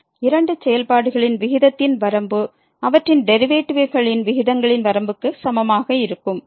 →±∞→ இரண்டு செயல்பாடுகளின் விகிதத்தின் வரம்பு அவற்றின் டெரிவேட்டிவ்களின் விகிதங்களின் வரம்புக்கு சமமாக இருக்கும்